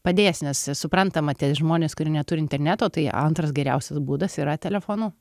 padės nes suprantama tie žmonės kurie neturi interneto tai antras geriausias būdas yra telefonu